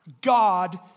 God